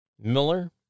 Miller